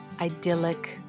idyllic